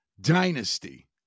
Dynasty